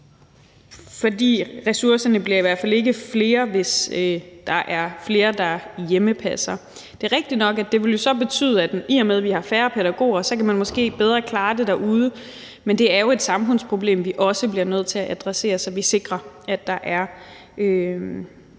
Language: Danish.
Ressourcerne bliver i hvert fald ikke flere, hvis der er flere, der hjemmepasser. Det er rigtigt nok, at det jo så ville betyde, at i og med at vi har færre pædagoger, så kan man måske bedre klare det derude, men det er jo et samfundsproblem, vi også bliver nødt til at adressere, så vi sikrer, at der er